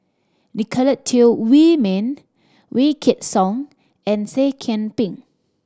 Nicolette Teo Wei Min Wykidd Song and Seah Kian Peng